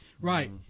Right